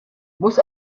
muss